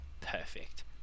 Perfect